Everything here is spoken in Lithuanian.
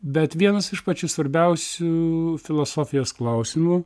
bet vienas iš pačių svarbiausių filosofijos klausimų